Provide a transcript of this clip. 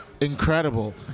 incredible